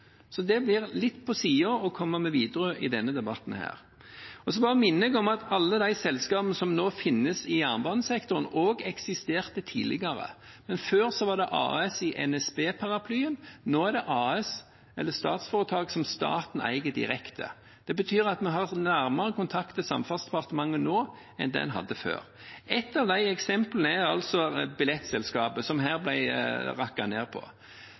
Så det er litt på siden å komme med Widerøe i denne debatten. Så bare minner jeg om at alle de selskapene som nå finnes i jernbanesektoren, også eksisterte tidligere, men det som før var AS i NSB-paraplyen, er nå AS, eller statsforetak, som staten eier direkte. Det betyr at en har nærmere kontakt med Samferdselsdepartementet nå enn det en hadde før. Ett av de eksemplene er billettselskapet, som her ble rakket ned på.